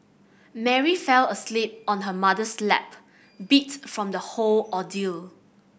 Mary fell asleep on her mother's lap beat from the whole ordeal